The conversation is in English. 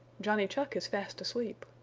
johnny chuck is fast asleep.